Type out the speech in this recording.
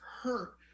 hurt